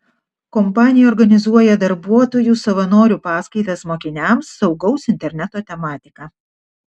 kompanija organizuoja darbuotojų savanorių paskaitas mokiniams saugaus interneto tematika